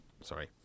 sorry